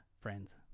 friends